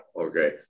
okay